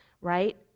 right